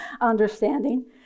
understanding